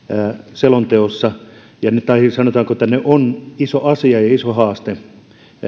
selonteossa tai siis sanotaanko että ne ovat iso asia ja iso haaste